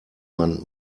man